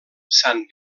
sant